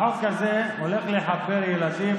החוק הזה הולך לחבר ילדים,